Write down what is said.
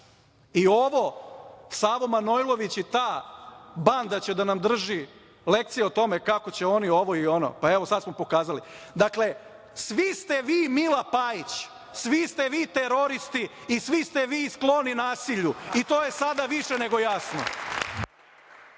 snađe. Savo Manojlović i ta banda će da nam drži lekcije o tome kako će oni ovo i ono. Pa, evo, sad smo pokazali. Dakle, svi ste vi Mila Pajić, svi ste vi teroristi i svi ste vi skloni nasilju i to je sada više nego jasno.